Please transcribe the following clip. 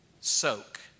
soak